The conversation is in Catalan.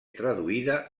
traduïda